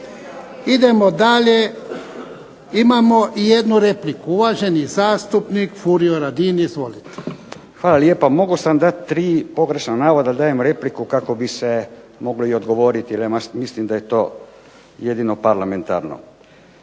Idemo dalje. Imamo i jednu repliku, uvaženi zastupnik Furio Radin. Izvolite. **Radin, Furio (Nezavisni)** Hvala lijepa. Mogao sam dati tri pogrešna navoda, ali dajem repliku kako bi se moglo i odgovoriti jer mislim da je to jedino parlamentarno.